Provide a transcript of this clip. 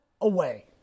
away